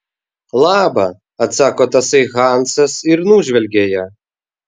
laba atsako tasai hansas ir nužvelgia ją